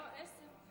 לא, עשר.